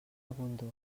abundor